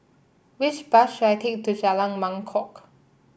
which bus should I take to Jalan Mangkok